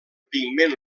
pigment